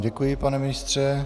Děkuji, pane ministře.